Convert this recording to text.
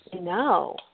No